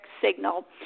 signal